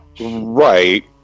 Right